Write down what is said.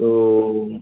ও